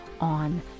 on